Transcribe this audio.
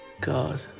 God